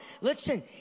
listen